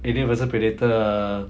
alien versus predator ah